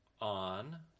on